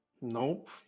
Nope